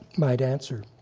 might answer.